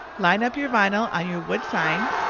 line up your vinyl on your wood sign.